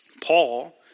Paul